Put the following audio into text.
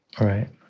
right